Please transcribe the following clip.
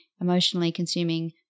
emotionally-consuming